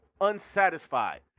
unsatisfied